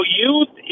youth